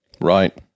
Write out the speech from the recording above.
right